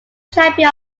champion